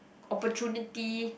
opportunity